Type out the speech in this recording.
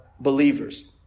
believers